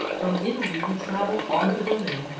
from italy we traveled on to berlin,